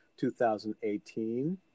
2018